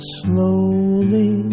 slowly